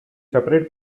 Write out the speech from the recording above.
separate